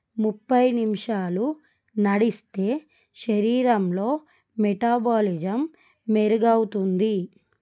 ముప్పై నిమిషాలు నడిస్తే శరీరంలో మెటాబాలిజం మెరుగవుతుంది